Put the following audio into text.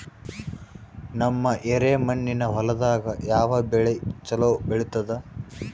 ನಮ್ಮ ಎರೆಮಣ್ಣಿನ ಹೊಲದಾಗ ಯಾವ ಬೆಳಿ ಚಲೋ ಬೆಳಿತದ?